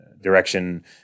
direction